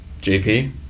JP